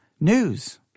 News